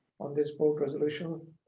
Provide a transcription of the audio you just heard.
on this board resolution.